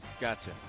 Gotcha